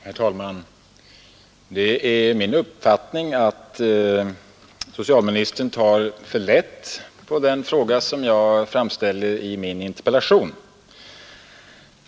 Herr talman! Det är min uppfattning att socialministern tar för lätt på den fråga som jag framställt i min interpellation.